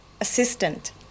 assistant